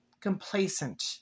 complacent